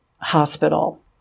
hospital